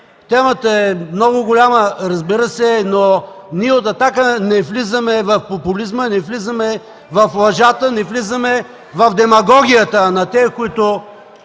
Темата е много голяма, разбира се, но ние от „Атака” не влизаме в популизма, не влизаме в лъжата, не влизаме в демагогията на тези, които